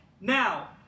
Now